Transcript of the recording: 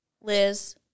Liz